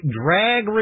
drag